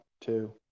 two